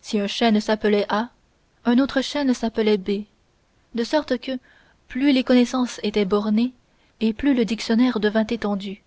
si un chêne s'appelait a un autre chêne s'appelait b de sorte que plus les connaissances étaient bornées et plus le dictionnaire devint étendu